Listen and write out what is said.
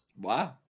Wow